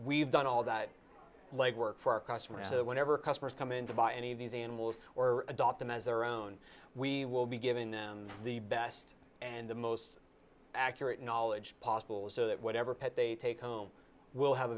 we've done all that legwork for our customers so that whenever customers come in to buy any of these animals or adopt them as their own we will be giving them the best and the most accurate knowledge possible so that whatever pet they take home will have a